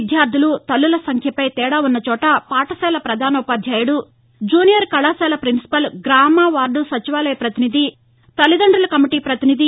విద్యార్దులు తల్లుల సంఖ్యపై తేడా ఉన్నవోట పాఠశాల ప్రధానోపాధ్యాయుడు జూనియర్ కళాశాల ప్రిన్సిపాల్ గ్రామ వార్డు సచివాలయ ప్రపతినిధి తల్లిదండుల కమిటీ పతినిధి